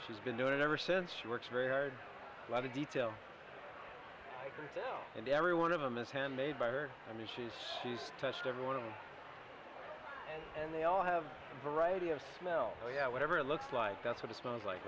she's been doing it ever since she works very hard a lot of detail and every one of them is handmade by her i mean she's she's touched every one of them and they all have variety of smell oh yeah whatever looks like that's what it smells like